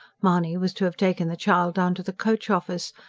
mahony was to have taken the child down to the coach-office.